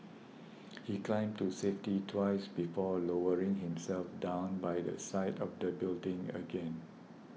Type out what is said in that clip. he climbed to safety twice before lowering himself down by the side of the building again